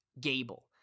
gable